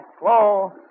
Whoa